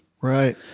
Right